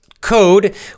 code